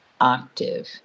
octave